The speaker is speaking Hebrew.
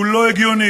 שהוא לא הגיוני,